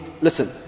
listen